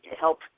help